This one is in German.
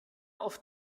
auf